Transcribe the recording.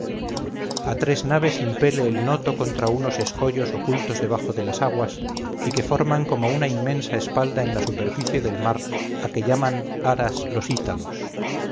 a tres naves impele el noto contra unos escollos ocultos debajo de las aguas y que forman como una inmensa espalda en la superficie del mar a que llaman aras los ítalos